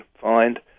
find